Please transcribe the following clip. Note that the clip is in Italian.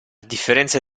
differenza